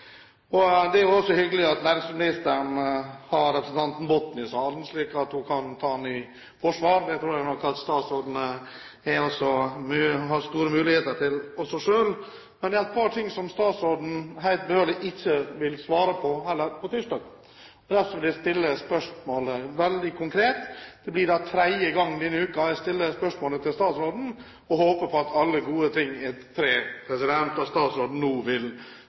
Det er også hyggelig at næringsministeren har representanten Botten i salen, slik at hun kan ta ham i forsvar. Det tror jeg nok at statsråden har store muligheter til å gjøre selv også. Det er et par ting statsråden i det hele tatt ikke vil svare på, heller ikke ville han det på tirsdag. Derfor vil jeg stille spørsmålet veldig konkret. Det blir da tredje gang denne uken jeg stiller det spørsmålet til statsråden, og jeg håper på at alle gode ting er tre, og at statsråden nå vil